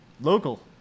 local